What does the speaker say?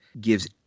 gives